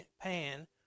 pan